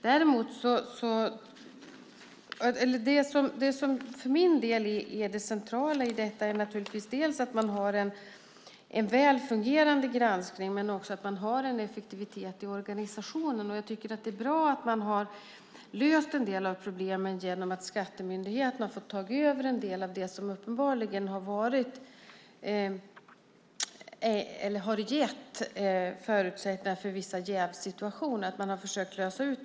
Det som för min del är det centrala i detta är naturligtvis att man har en väl fungerande granskning men också att man har en effektivitet i organisationen. Jag tycker att det är bra att man har löst en del av problemen genom att skattemyndigheten har fått ta över en del av det som uppenbarligen har gett förutsättningar för vissa jävssituationer, att man har försökt lösa det.